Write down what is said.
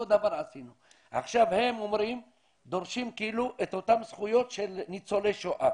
הם דורשים את אותן זכויות של ניצולי שואה.